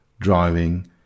driving